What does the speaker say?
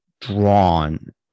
drawn